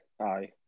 aye